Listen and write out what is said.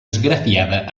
esgrafiada